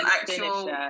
actual